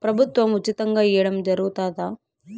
ప్రభుత్వం ఉచితంగా ఇయ్యడం జరుగుతాదా?